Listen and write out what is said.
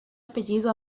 apellido